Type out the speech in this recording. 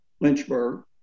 Lynchburg